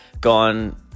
gone